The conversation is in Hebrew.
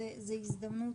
זה הזדמנות,